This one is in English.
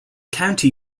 county